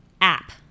app